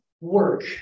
work